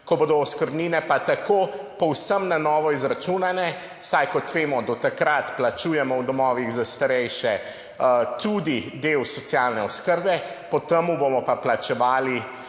ko bodo oskrbnine tako povsem na novo izračunane, saj, kot vemo, do takrat plačujemo v domovih za starejše tudi del socialne oskrbe, potem bomo pa plačevali